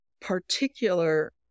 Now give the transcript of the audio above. particular